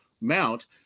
mount